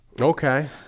Okay